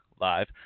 live